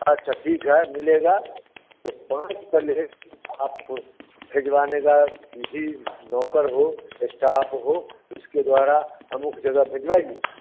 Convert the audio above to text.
अच्छा ठीक है मिलेगा तो पाँच प्लेट आप भिजवाने का भी नौकर हो इस्टाफ़ हो उसके द्वारा हमें उस जगह भिजवाइए